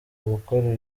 gukora